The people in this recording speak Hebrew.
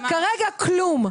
כרגע כלום.